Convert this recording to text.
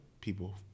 people